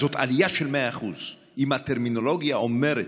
זאת עלייה של 100%. אם הטרמינולוגיה אומרת,